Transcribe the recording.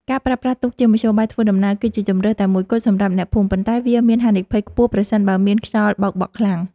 ការប្រើប្រាស់ទូកជាមធ្យោបាយធ្វើដំណើរ គឺជាជម្រើសតែមួយគត់សម្រាប់អ្នកភូមិ ប៉ុន្តែ វាមានហានិភ័យខ្ពស់ប្រសិនបើមានខ្យល់បោកបក់ខ្លាំង។